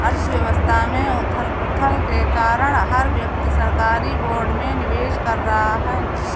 अर्थव्यवस्था में उथल पुथल के कारण हर व्यक्ति सरकारी बोर्ड में निवेश कर रहा है